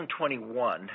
2021